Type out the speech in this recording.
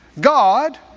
God